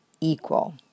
equal